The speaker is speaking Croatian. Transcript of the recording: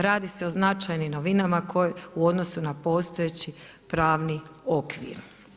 Radi se o značajnim novinama u odnosu na postojeći pravni okvir.